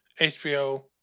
HBO